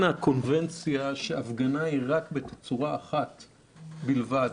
הקונבנציה שהפגנה היא רק בתצורה אחת בלבד.